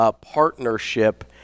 partnership